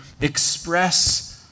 express